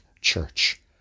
church